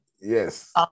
Yes